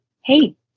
hey